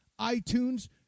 iTunes